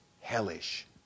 hellish